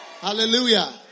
Hallelujah